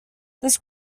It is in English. this